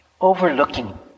Overlooking